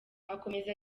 akomeza